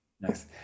nice